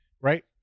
right